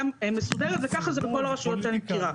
מסודרת וכך זה בכל הרשויות שאני מכירה.